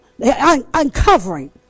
uncovering